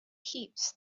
heaps